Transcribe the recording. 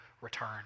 return